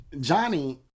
Johnny